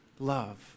Love